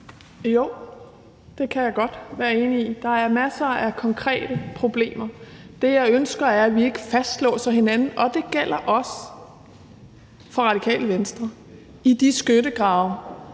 Jo, det kan jeg godt være enig i. Der er masser af konkrete problemer. Det, jeg ønsker, er, at vi ikke fastlåser hinanden, og det gælder også for Radikale Venstre, i de skyttegrave,